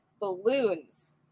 balloons